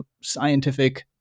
scientific